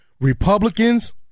Republicans